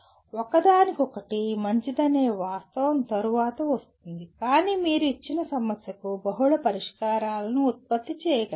ఒకదానికొకటి మంచిదనే వాస్తవం తరువాత వస్తుంది కానీ మీరు ఇచ్చిన సమస్యకు బహుళ పరిష్కారాలను ఉత్పత్తి చేయగలగాలి